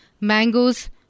mangoes